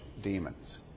demons